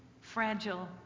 fragile